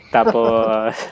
Tapos